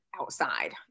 outside